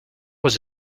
was